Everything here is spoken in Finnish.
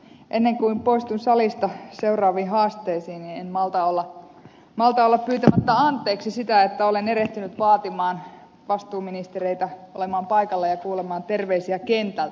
ennen kuin poistun salista seuraaviin haasteisiin en malta olla pyytämättä anteeksi sitä että olen erehtynyt vaatimaan vastuuministereitä olemaan paikalla ja kuulemaan terveisiä kentältä